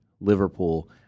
Liverpool